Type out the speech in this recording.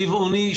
רבעוני,